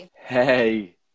Hey